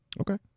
Okay